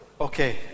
Okay